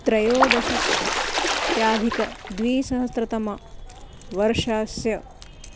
त्रयोदशत्याधिकं द्विसहस्रतमवर्षस्य